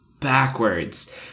backwards